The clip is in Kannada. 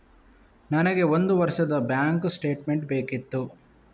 ನನಗೆ ಒಂದು ವರ್ಷದ ಬ್ಯಾಂಕ್ ಸ್ಟೇಟ್ಮೆಂಟ್ ಬೇಕಿತ್ತು